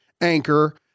anchor